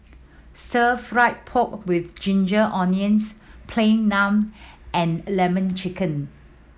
Stir Fry pork with ginger onions Plain Naan and Lemon Chicken